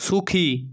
সুখী